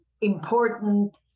important